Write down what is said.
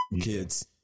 kids